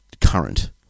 current